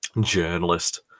journalist